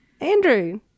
Andrew